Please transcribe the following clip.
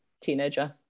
teenager